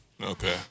Okay